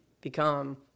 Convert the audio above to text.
become